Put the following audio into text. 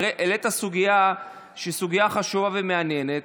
העלית סוגיה שהיא סוגיה חשובה ומעניינת,